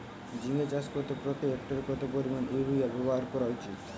ঝিঙে চাষ করতে প্রতি হেক্টরে কত পরিমান ইউরিয়া ব্যবহার করা উচিৎ?